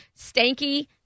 stanky